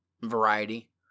variety